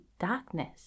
darkness